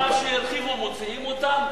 מפני שהרחיבו מוציאים אותם?